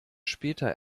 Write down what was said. später